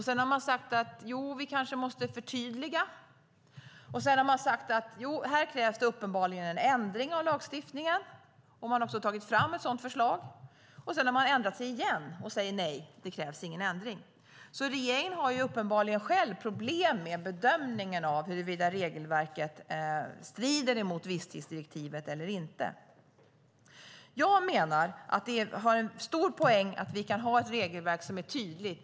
Sedan har man sagt att jo, man måste kanske förtydliga, därefter att här uppenbarligen krävs en ändring av lagstiftningen - man har också tagit fram ett sådant förslag - för att så ändra sig igen och säga nej, det krävs ingen ändring. Regeringen har tydligen själv problem med bedömningen av huruvida regelverket strider mot visstidsdirektivet eller inte. Jag menar att det finns en stor poäng i att vi har ett regelverk som är tydligt.